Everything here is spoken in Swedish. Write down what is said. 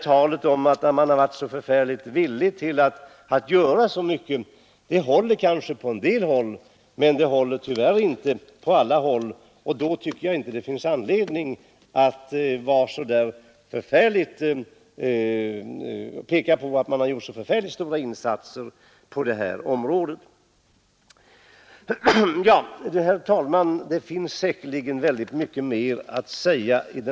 Talet om att man varit så villig att göra så mycket håller kanske på en del platser men det håller tyvärr inte överallt, och då tycker jag inte det finns anledning att framhålla att man gjort så förfärligt stora insatser på detta område.